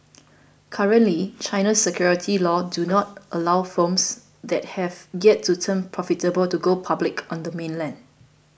currently China's securities laws do not allow firms that have yet to turn profitable to go public on the mainland